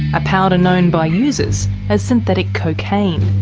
a powder known by users as synthetic cocaine.